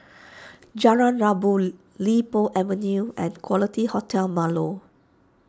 Jalan Rabu Li Po Avenue and Quality Hotel Marlow